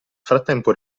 frattempo